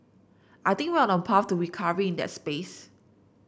I think we're on a path to recovery in that space